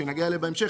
שנגיע אליה בהמשך,